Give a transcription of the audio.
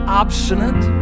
obstinate